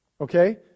okay